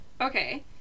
Okay